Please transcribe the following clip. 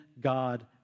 God